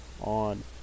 on